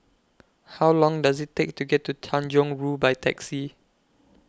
How Long Does IT Take to get to Tanjong Rhu By Taxi